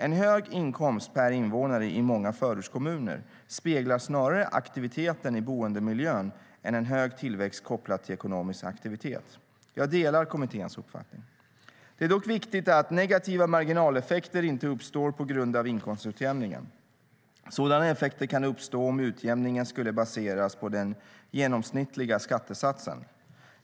En hög inkomst per invånare i många förortskommuner speglar snarare attraktiviteten i boendemiljön än en hög tillväxt kopplad till ekonomisk aktivitet. Jag delar kommitténs uppfattning. Det är dock viktigt att negativa marginaleffekter inte uppstår på grund av inkomstutjämningen. Sådana effekter kan uppstå om utjämningen skulle baseras på den genomsnittliga skattesatsen.